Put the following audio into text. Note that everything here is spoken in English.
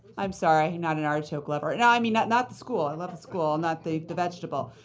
i'm sorry. not an artichoke lover. now, i mean, not not the school. i love the school. not the the vegetable.